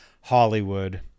hollywood